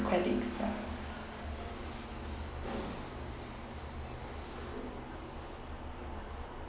credits ya